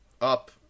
up